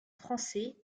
français